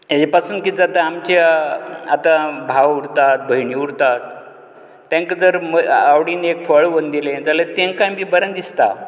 हेजे पासून कितें जाता आमचे आता भाव उरता भयणीं उरतात तेंका जर आवडीन एक फळ व्हरून दिलें जाल्यार तेंकाय बी बरें दिसता